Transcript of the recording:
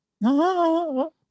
No